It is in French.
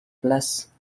place